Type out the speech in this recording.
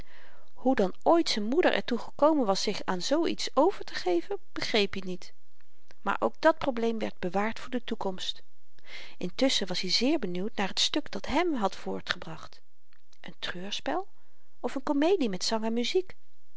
hoe dan ooit z'n moeder er toe gekomen was zich aan zoo iets overtegeven begreep i niet maar ook dat probleem werd bewaard voor de toekomst intusschen was hy zeer benieuwd naar t stuk dat hèm had voortgebracht een treurspel of n komedie met zang en muziek